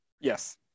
Yes